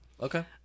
Okay